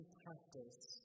practice